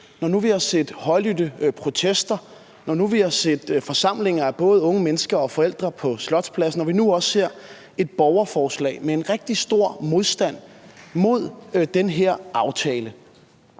nu vi har set højlydte protester, når nu vi har set forsamlinger af både unge mennesker og forældre på Slotspladsen, og når vi nu også ser et borgerforslag med en rigtig stor modstand mod den her aftale,